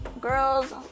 girls